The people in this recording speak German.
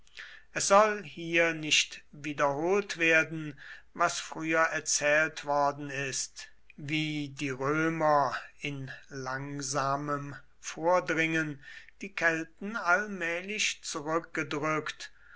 es soll hier nicht wiederholt werden was früher erzählt worden ist wie die römer in langsamem vordringen die kelten allmählich